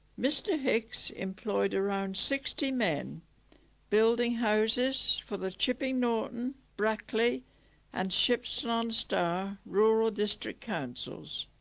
mr hicks employed around sixty men building houses for the chipping norton. brackley and shipston-on-stour rural district councils.